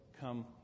come